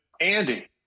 Andy